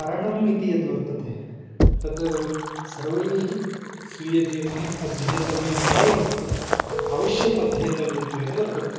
तरणम् इति यद् वर्तते तत् सर्वैः स्वीयजीवने अध्येतव्यमेव वर्तते अवश्यम् अध्येतव्यत्वेन वर्तते